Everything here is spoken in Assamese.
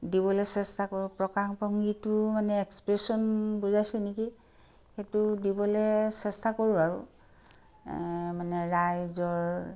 দিবলৈ চেষ্টা কৰোঁ প্ৰকাশভাংগিটো মানে এক্সপ্ৰেশ্যন বুজাইছে নেকি সেইটো দিবলৈ চেষ্টা কৰোঁ আৰু মানে ৰাইজৰ